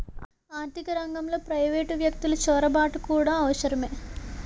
ఆర్థిక రంగంలో ప్రైవేటు వ్యక్తులు చొరబాటు కూడా అవసరమే